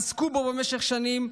עסקו בו במשך שנים,